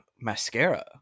mascara